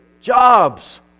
jobs